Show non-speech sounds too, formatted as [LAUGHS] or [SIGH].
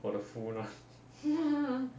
for the funan [LAUGHS]